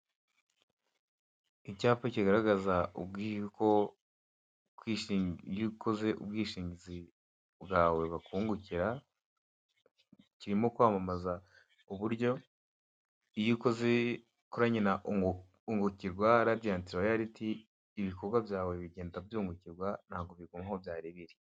Icyapa kigaragaza y'uko iyo ukoze ubwishingizi bwawe bakungukira, kirimo kwamamaza uburyo iyo ukoranye na ungukirwa radiyanti royariti ibikorwa byawe bigenda byungukirwa ntago biguma aho byari biri.